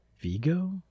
Vigo